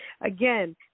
Again